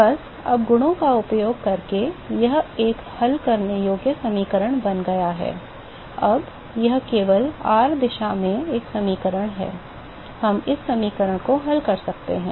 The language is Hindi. बस अब गुणों का उपयोग करके यह एक हल करने योग्य समीकरण बन गया है अब यह केवल r दिशा में एक समीकरण है हम इस समीकरण को हल कर सकते हैं